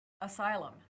asylum